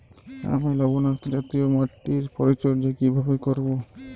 আমি লবণাক্ত জাতীয় মাটির পরিচর্যা কিভাবে করব?